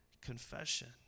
confession